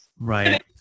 Right